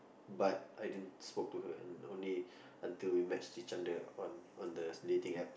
but I didn't spoke to her and only until we matched each other on on the dating App